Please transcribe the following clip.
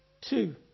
two